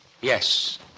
Yes